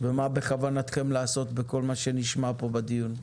ומה בכוונתכם לעשות מכל מה שנשמע פה בדיון.